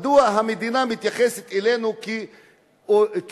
מדוע המדינה מתייחסת אלינו כעוינים?